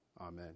Amen